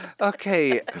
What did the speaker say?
Okay